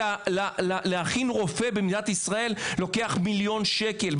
כי להכין רופא במדינת ישראל לוקח מיליון שקל.